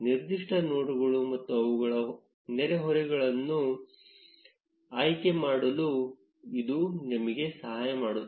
ನಿರ್ದಿಷ್ಟ ನೋಡ್ಗಳು ಮತ್ತು ಅವುಗಳ ನೆರೆಹೊರೆಗಳನ್ನು ಆಯ್ಕೆ ಮಾಡಲು ಇದು ನಿಮಗೆ ಸಹಾಯ ಮಾಡುತ್ತದೆ